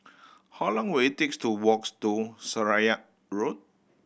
how long will it takes to walks to Seraya Road